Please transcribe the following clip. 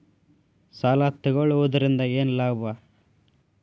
ಸಾಲ ತಗೊಳ್ಳುವುದರಿಂದ ಏನ್ ಲಾಭ?